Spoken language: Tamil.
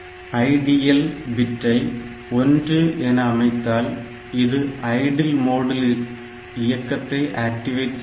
IDL பிட்டை ஒன்று IDL bit1 என அமைத்தால் இது ஐடில் மோட் இயக்கத்தை ஆக்டிவேட் செய்கிறது